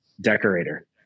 decorator